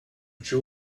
jaw